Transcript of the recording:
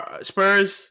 Spurs